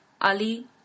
Ali